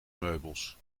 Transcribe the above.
meubels